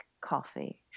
coffee